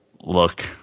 look